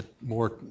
more